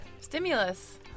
Stimulus